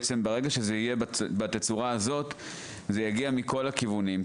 ברגע שזה יהיה בתצורה הזאת זה יגיע מכל הכיוונים,